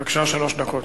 בבקשה, שלוש דקות.